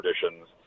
traditions